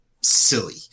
silly